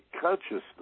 consciousness